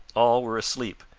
all were asleep,